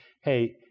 hey